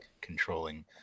controlling